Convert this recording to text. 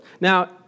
Now